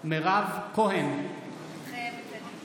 מירב כהן, מתחייבת אני